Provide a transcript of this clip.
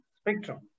spectrum